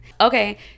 okay